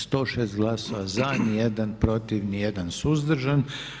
106 glasa za, nijedan protiv nijedan suzdržan.